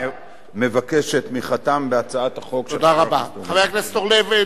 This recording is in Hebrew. ואני מבקש את תמיכתם בהצעת החוק של חבר הכנסת אורלב.